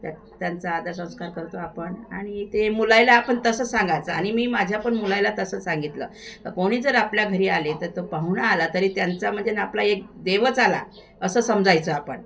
त्या त्यांचा आदरसंस्कार करतो आपण आणि ते मुलाला आपण तसं सांगायचं आणि मी माझ्या पण मुलाला तसं सांगितलं कोणी जर आपल्या घरी आले तर तो पाहुण आला तरी त्यांचा म्हणजे ना आपला एक देवच आला असं समजायचं आपण